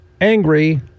angry